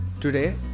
Today